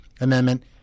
amendment